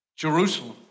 Jerusalem